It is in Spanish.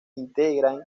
integran